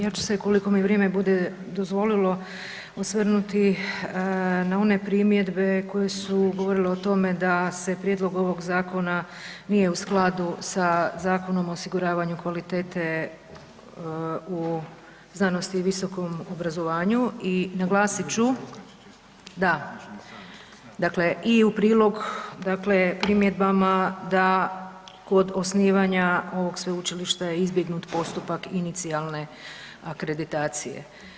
Ja ću se koliko mi vrijeme bude dozvolilo osvrnuti na one primjedbe koje su govorile o tome da se prijedlog ovog zakona nije u skladu sa Zakonom o osiguravanju kvalitete u znanosti i visokom obrazovanju i naglasit ću da dakle i u prilog primjedbama da kod osnivanja ovog sveučilišta je izbjegnut postupak inicijalne akreditacije.